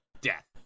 death